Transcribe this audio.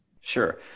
Sure